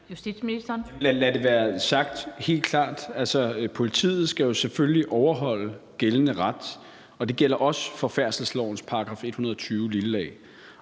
Lad det være sagt helt klart: Politiet skal selvfølgelig overholde gældende ret, og det gælder også færdselslovens § 120 a.